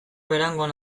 berangon